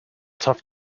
tough